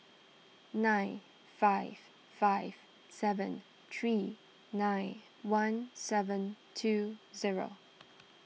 nine five five seven three nine one seven two zero